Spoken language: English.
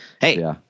hey –